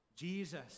Jesus